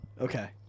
okay